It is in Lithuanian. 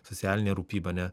socialinė rūpyba ne